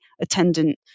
attendant